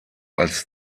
als